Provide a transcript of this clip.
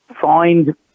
find